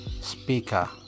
speaker